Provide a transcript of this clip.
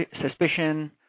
suspicion